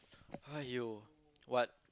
!aiyo! what